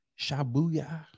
shabuya